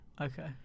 Okay